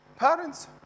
Parents